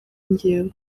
njyewe